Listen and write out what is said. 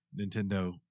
Nintendo